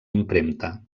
impremta